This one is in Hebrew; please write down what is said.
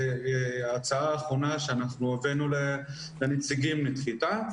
ההצעה האחרונה שאנחנו הבאנו לנציגים נדחתה.